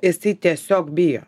jis tiesiog bijo